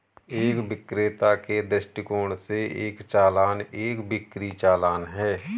एक विक्रेता के दृष्टिकोण से, एक चालान एक बिक्री चालान है